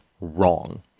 wrong